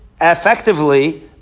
effectively